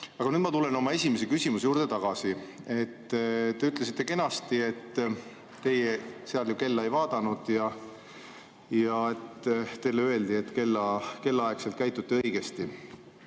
nüüd ma tulen oma esimese küsimuse juurde tagasi. Te ütlesite kenasti, et teie seal kella ei vaadanud ja teile öeldi, et kellaaegselt käituti õigesti.